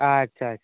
ᱟᱪᱪᱷᱟ